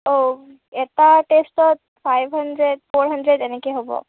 অঁ এটা টেষ্টত ফাইভ হানড্ৰেড ফ'ৰ হানড্ৰেড এনেকৈ হ'ব